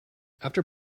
after